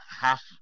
Half